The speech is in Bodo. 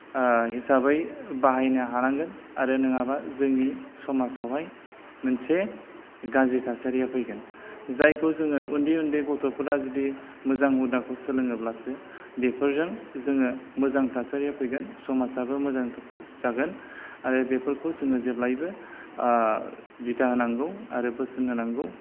हिसाबै बाहायनो हानांगोन आरो नङाबा जोंनि समाजावहाय मोनसे गाज्रि थासारिया फैगोन जायखौ जोङो उन्दै उन्दै गथ'फोरा जुदि मोजां हुदाखौ सोलोङोब्लासो बेफोरजों जोङो मोजां थासारिया फैगोन समाजाबो मोजां जागोन आरो बेफोरखौ जोङो जेब्लायबो दिथा होनांगौ आरो बोसोन होनांगौ